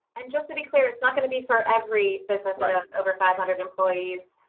and just to be clear it's not going to be for every business over five hundred employees.